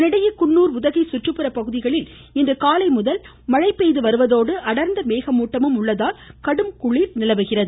இதனிடையே குன்னூர் உதகை சுற்றுபுறப்பகுதிகளில் இன்றுகாலைமுதல் மழை பெய்து வருவதோடு அடர்ந்த மேக கூட்டமும் உள்ளதால் அங்கு கடும்குளிர் நிலவுகிறது